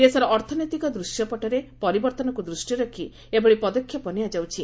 ଦେଶର ଅର୍ଥନୈତିକ ଦୂଶ୍ୟପଟରେ ପରିବର୍ତ୍ତନକୁ ଦୃଷ୍ଟିରେ ରଖି ଏଭଳି ପଦକ୍ଷେପ ନିଆଯାଉଛି